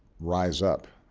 rise up.